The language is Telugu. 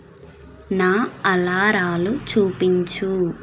నా అలారాలు చూపించు